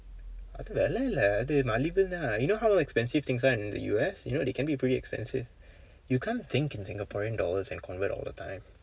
அது விலை இல்லை அது மலிவு தான்:athu vilai illai athu malivu thaan you know how expensive things are in the U_S you know they can be pretty expensive you can't think in singaporean dollars and convert all the time